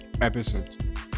episode